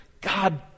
god